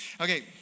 Okay